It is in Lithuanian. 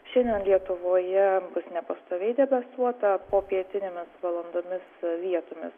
šiandien lietuvoje bus nepastoviai debesuota popietinėmis valandomis vietomis